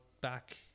back